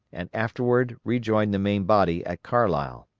and afterward rejoin the main body at carlisle.